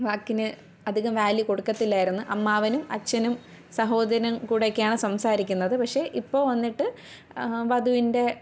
വാക്കിന് അധികം വാല്യൂ കൊടുക്കത്തില്ലായിരുന്നു അമ്മാവനും അച്ഛനും സഹോദരനും കൂടെയൊക്കെയാണ് സംസാരിക്കുന്നത് പക്ഷെ ഇപ്പോള് വന്നിട്ട് വധുവിൻ്റെ